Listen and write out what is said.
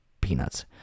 peanuts